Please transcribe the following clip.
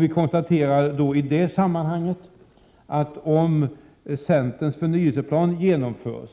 Vi konstaterar i det sammanhanget att om centerns förnyelseplan genomförs